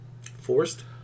Forced